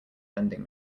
vending